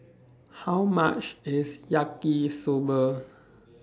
How much IS Yaki Soba